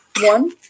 One